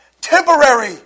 temporary